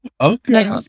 Okay